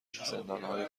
زندانهای